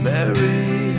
Mary